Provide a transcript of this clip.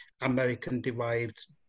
American-derived